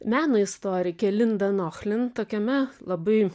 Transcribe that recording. meno istorikė linda nohlin tokiame labai